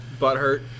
Butthurt